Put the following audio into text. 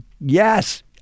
yes